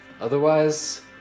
Otherwise